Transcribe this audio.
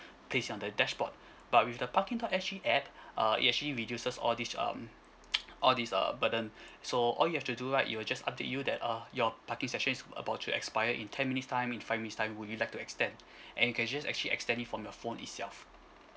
place it on the dashboard but with the parking dot S G app uh it actually reduces all these um all these err burden so all you have to do right it will just update you that uh your parking session is about to expire in ten minutes time in five minutes time would you like to extend and you can just actually extend it from your phone itself